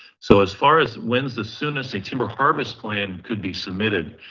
so as far as when's the soonest a timber harvest plan could be submitted,